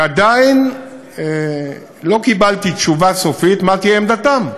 ועדיין לא קיבלתי תשובה סופית מה תהיה עמדתם.